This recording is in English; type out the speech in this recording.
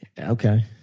Okay